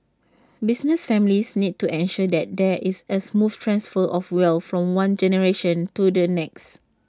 business families need to ensure that there is A smooth transfer of wealth from one generation to the next